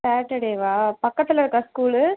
சேட்டர்டேவா பக்கத்தில் இருக்கா ஸ்கூலு